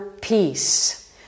peace